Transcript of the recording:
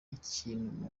ikintu